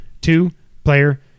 two-player